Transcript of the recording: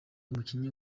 umukinnyi